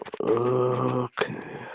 Okay